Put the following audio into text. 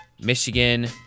Michigan